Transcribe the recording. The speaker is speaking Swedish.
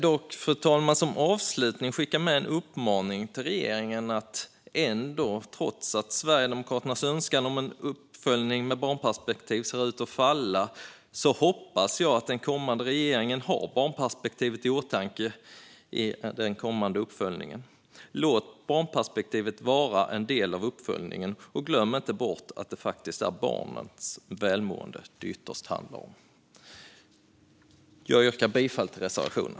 Jag vill dock som avslutning skicka med en uppmaning till regeringen, trots att Sverigedemokraternas önskan om en uppföljning med barnperspektiv ser ut att falla. Jag hoppas att den kommande regeringen har barnperspektivet i åtanke i den kommande uppföljningen. Låt barnperspektivet vara en del av uppföljningen, och glöm inte bort att det faktiskt är barnets välmående det ytterst handlar om. Jag yrkar bifall till reservationen.